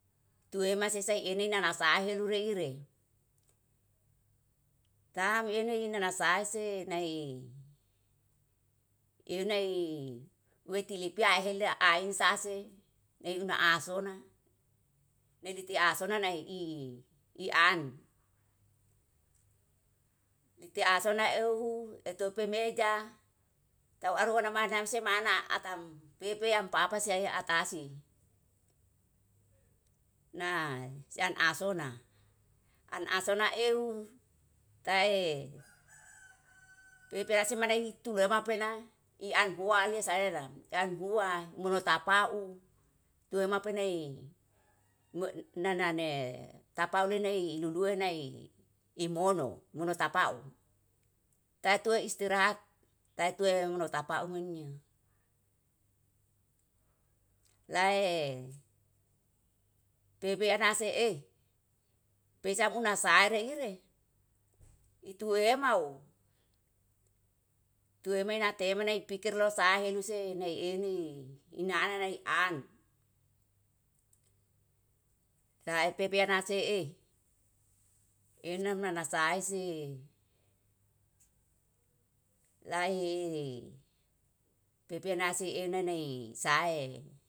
Tue mase sae enena nasaheru reire, tam ene ine sae nai enai wekilipia hela aensa sase neuna ahsona neliti ahsona nai i an. Liti ahsona eu etopemeja tau aru ona manam semana atam pepe am papa siae atasi. Na sian ahsona, an ahsona ehu tae peperase maneh i tulemena pena ian huali saena, jan hua munu tapau tue mapenai nanane tapale nai lulue nai imono, imono tapau. Tatua istirahat, tatua mono tapau menye lae pepeanase eh pesam una saare ire itu emau, itu menate temani pikir losahe luse nai emi. Ina ana nai an, sae pepea ansee ena nana sae si lae pepe nase ena nai sae.